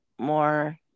more